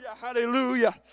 Hallelujah